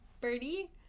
birdie